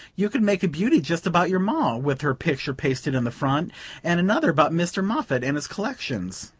you could make a beauty just about your ma, with her picture pasted in the front and another about mr. moffatt and his collections.